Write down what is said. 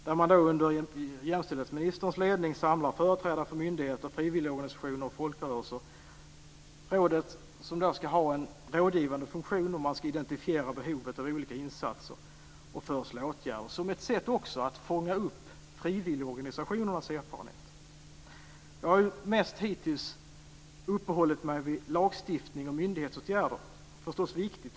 Där ska man under jämställdhetsministerns ledning samla företrädare för myndigheter, frivilligorganisationer och folkrörelser. Rådet ska ha en rådgivande funktion och identifiera behovet av olika insatser och föreslå åtgärder som ett sätt att också fånga upp frivilligorganisationernas erfarenheter. Jag har ju hittills mest uppehålla mig vid lagstiftning och myndighetsåtgärder, vilket naturligtvis är viktigt.